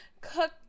cook